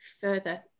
further